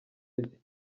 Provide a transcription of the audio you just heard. rye